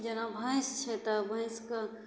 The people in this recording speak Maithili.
जेना भैँस छै तऽ भैँसके